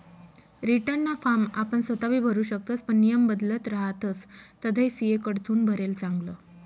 रीटर्नना फॉर्म आपण सोताबी भरु शकतस पण नियम बदलत रहातस तधय सी.ए कडथून भरेल चांगलं